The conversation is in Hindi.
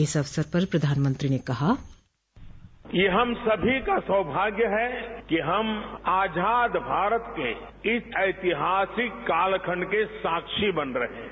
इस अवसर पर प्रधानमंत्री ने कहा बाइट ये हम सभी का सौभाग्य है कि हम आजाद भारत के इस एतिहासिक कालखण्ड के शाक्षी बन रहे हैं